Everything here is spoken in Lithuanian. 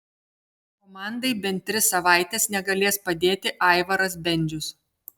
komandai bent tris savaites negalės padėti aivaras bendžius